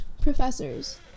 professors